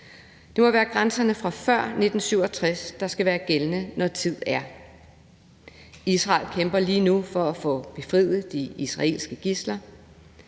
Det må være grænserne fra før 1967, der skal være gældende, når tid er. Israel kæmper lige nu for at få befriet de israelske gidsler.